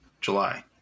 July